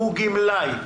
הוא גמלאי.